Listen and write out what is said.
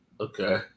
okay